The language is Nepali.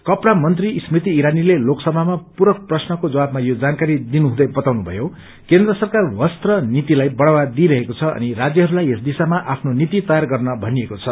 कपड़ा मन्त्री स्मृति ईरानीले लोकसभामा पूरक प्रश्नको जवाबमा यो जानकारी दिनुहुँदै बताउनुभयो केन्द्र सरकार वस्त्र नीतिलाई बढ़ावा दिइरहेको छ अनि राज्यहरूलाई यस दिशामा आफ्नो नीति तयार गर्न भनिएको छ